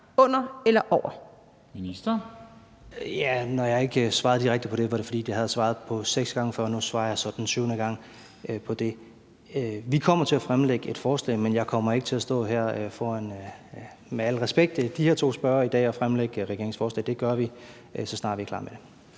Klima-, energi- og forsyningsministeren (Dan Jørgensen): Når jeg ikke svarer direkte på det, er det, fordi jeg har svaret på det seks gange før, og nu svarer jeg så den syvende gang. Vi kommer til at fremlægge et forslag, men med al respekt kommer jeg ikke til at stå her foran de her to spørgere i dag og fremlægge regeringens forslag. Det gør vi, så snart vi er klar med det.